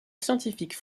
scientifique